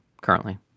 currently